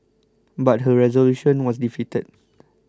but her resolution was defeated